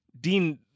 Dean